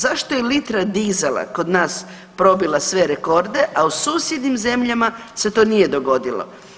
Zašto je litra dizela kod nas probila sve rekorde, a u susjednim zemljama se to nije dogodilo?